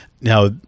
Now